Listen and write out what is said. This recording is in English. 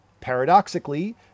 Paradoxically